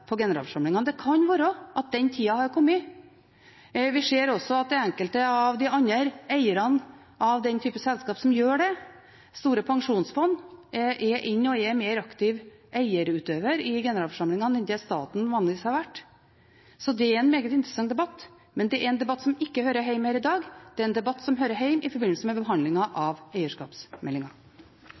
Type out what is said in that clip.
på generalforsamlingene. Det kan være at den tida har kommet. Vi ser også at det er enkelte av de andre eierne av den typen selskap som gjør det. Store pensjonsfond er inne og er mer aktive eierutøvere i generalforsamlingene enn det staten vanligvis har vært. Så dette er en meget interessant debatt, men det er en debatt som ikke hører hjemme her i dag. Det er en debatt som hører hjemme i forbindelse med behandlingen av